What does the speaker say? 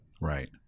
right